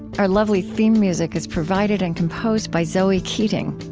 our lovely theme music is provided and composed by zoe keating.